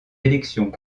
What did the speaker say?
élections